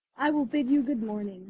i will bid you good morning